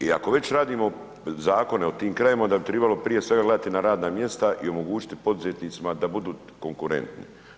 I ako već radimo zakone o tim krajevima, onda bi trebalo prije svega gledati na radna mjesta i omogućiti poduzetnicima da budu konkurentni.